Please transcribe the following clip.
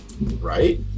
right